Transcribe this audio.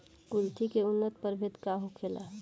कुलथी के उन्नत प्रभेद का होखेला?